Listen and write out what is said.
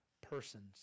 persons